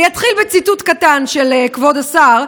אני אתחיל בציטוט קטן של כבוד השר,